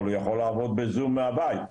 אבל הוא יכול לעבוד בזום מהבית,